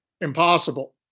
impossible